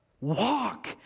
walk